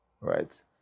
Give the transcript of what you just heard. right